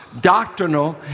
Doctrinal